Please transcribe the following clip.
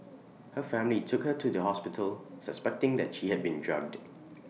her family took her to the hospital suspecting that she had been drugged